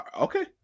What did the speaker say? okay